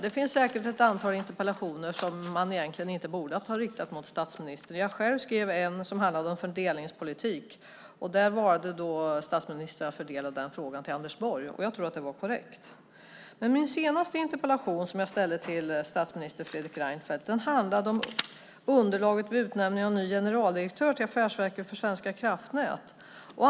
Det finns säkert ett antal interpellationer som man egentligen inte borde ha riktat mot statsministern. Jag skrev själv en som handlade om fördelningspolitik, och statsministern valde att fördela den till Anders Borg. Jag tror att det var korrekt. Min senaste interpellation som jag ställde till statsminister Fredrik Reinfeldt handlade om underlaget för utnämning av ny generaldirektör till Affärsverket svenska kraftnät.